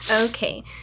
Okay